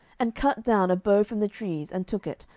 and cut down a bough from the trees, and took it,